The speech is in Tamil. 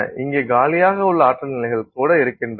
இங்கே காலியாக உள்ள ஆற்றல் நிலைகள் கூட இருக்கின்றன